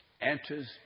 enters